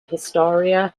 historia